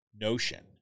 notion